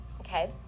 Okay